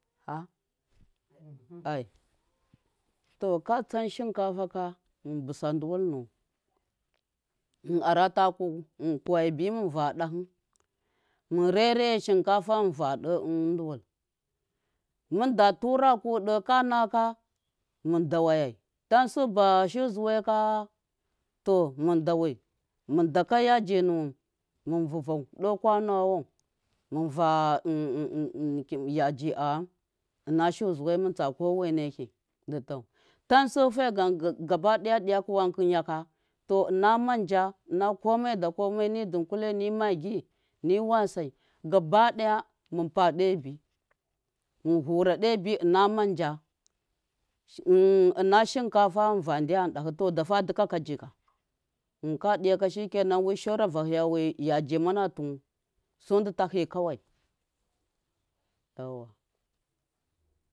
Ha? Ai to ka tsan shɨnkafa ka mɨn bɨsa nduwɨl nuwɨn mɨn arata ku mɨn rere shɨnkafa mɨn va ɗe nduwɨl mɨn da tura ku ɗe, ka naka mɨn dawayai tansu ba shu- zuwe ka, to mɨn dawai mɨn daka yaji nuwɨn mɨn vɨvau ɗe kwanawowo mɨn va yaji a gham ɨna shu- zuwe muntsa koweneki dɨ tau tansu fegam gaba ɗaya ɗiyakɨ wankɨnya ka to ɨna manja ɨna ko me da kome ni dɨnkule ni magi ni wasai gaba ɗaya mɨn pa ɗe bi mɨn vura ɗe bi ɨna manja ɨna shɨnkafa mɨn va ndyan dahɨ to dafa dɨka jɨka mɨn ka ɗiya ka wɨ saura vahiya wɨham manatuwu sundɨ tahɨ kawai.